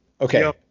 Okay